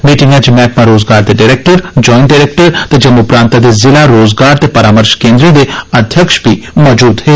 मीटिंगै च मैह्कमा रोजगार दे डरैक्टर जायंट डरैक्टर ते जम्मू प्रांतै दे ज़िला रोजगार ते परामर्श केन्द्रें दे अघ्यक्ष बी मजूद हे